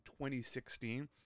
2016